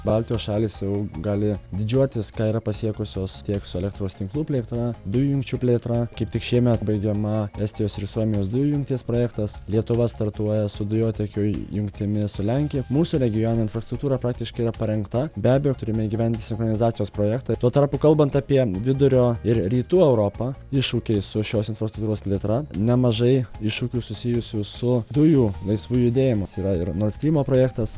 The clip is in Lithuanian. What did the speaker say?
baltijos šalys jau gali didžiuotis ką yra pasiekusios tiek su elektros tinklų plėtra dujų jungčių plėtra kaip tik šiemet baigiama estijos ir suomijos dujų jungties projektas lietuva startuoja su dujotiekio jungtimis su lenkija mūsų regione infrastruktūra praktiškai yra parengta be abejo turime įgyvendinti sinchronizacijos projektą tuo tarpu kalbant apie vidurio ir rytų europą iššūkiai su šios infrastruktūros plėtra nemažai iššūkių susijusių su dujų laisvu judėjimu yra ir nord strymo projektas